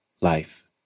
life